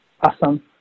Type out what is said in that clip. Awesome